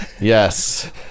Yes